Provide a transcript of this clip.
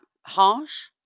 harsh